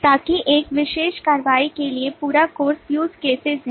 ताकि एक विशेष कार्रवाई के लिए पूरा कोर्स use cases हैं